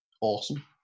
awesome